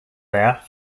there